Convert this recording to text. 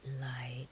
light